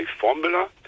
formula